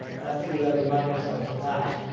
and i think we've got to remind ourselves of that.